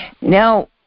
Now